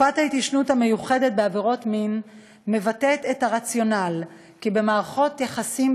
תקופת ההתיישנות המיוחדת בעבירות מין מבטאת את הרציונל שבמערכות יחסים